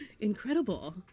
Incredible